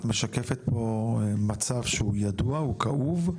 את משקפת פה מצב שהוא כאוב וידוע.